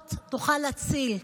אחרות נוכל להציל.